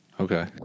Okay